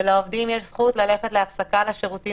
ולעובדים יש זכות ללכת להפסקה לשירותים,